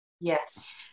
Yes